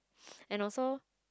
and also